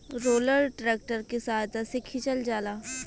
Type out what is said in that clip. roller tractor के सहायता से खिचल जाला